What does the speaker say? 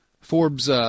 Forbes